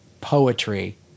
poetry